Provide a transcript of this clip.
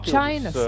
China